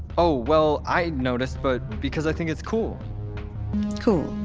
oh, well, i noticed, but because i think it's cool cool?